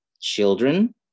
Children